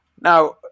now